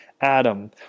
Adam